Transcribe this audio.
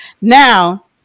Now